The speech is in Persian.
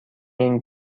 این